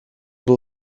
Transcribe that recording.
был